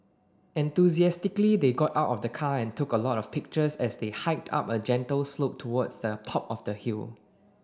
enthusiastically they got out of the car and took a lot of pictures as they hiked up a gentle slope towards the top of the hill